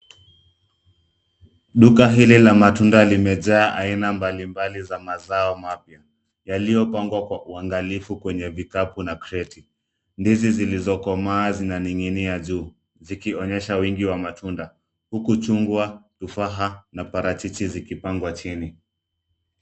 Duka hili la matunda limejaa aina mbalimbali za mazao mapya, yaliyopangwa kwa uangalifu kwenye vikapu na kreti. Ndizi zilizokomaa zinaning'inia juu, zikionyesha wingi wa matunda. Huku chungwa, tufaha na parachichi zikipangwa chini.